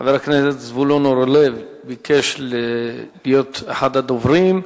חבר הכנסת זבולון אורלב ביקש להיות אחד הדוברים,